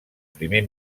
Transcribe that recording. primer